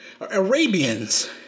Arabians